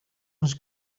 was